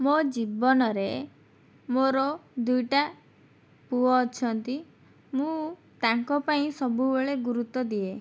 ମୋ ଜୀବନରେ ମୋର ଦୁଇଟା ପୁଅ ଅଛନ୍ତି ମୁଁ ତାଙ୍କ ପାଇଁ ସବୁବେଳେ ଗୁରୁତ୍ୱ ଦିଏ